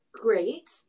great